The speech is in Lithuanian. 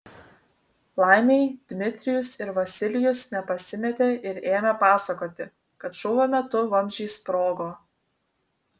laimei dmitrijus ir vasilijus nepasimetė ir ėmė pasakoti kad šūvio metu vamzdžiai sprogo